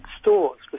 stores